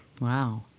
Wow